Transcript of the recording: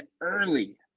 early